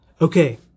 Okay